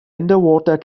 underwater